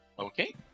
Okay